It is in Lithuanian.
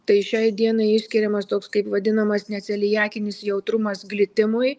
tai šiai dienai išskiriamas toks kaip vadinamas neceliakinis jautrumas glitimui